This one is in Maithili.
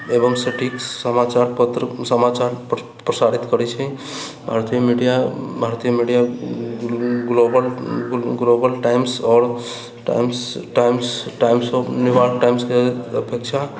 सटीक समाचार पत्र समाचार प्रसारित करैत छै भारतीय मीडिआ ग्लोबल टाइम्स आओर टाइम्सके न्यूयॉर्क टाइम्सके अपेक्षा